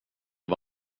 det